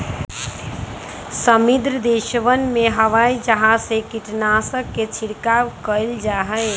समृद्ध देशवन में हवाई जहाज से कीटनाशकवन के छिड़काव कइल जाहई